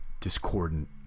discordant